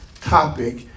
topic